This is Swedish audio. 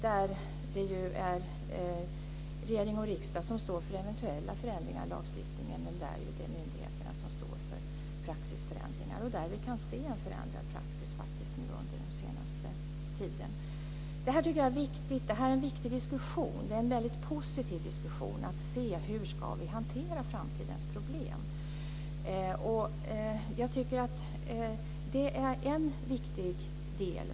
Det är ju regering och riksdag som står för eventuella förändringar i lagstiftningen, men det är myndigheterna som står för praxisförändringar. Vi har faktiskt också kunnat se en förändrad praxis under den senaste tiden. Det här är en viktig diskussion. Hur vi ska hantera framtidens problem är en väldigt positiv diskussion. Jag tycker att det är en viktig del.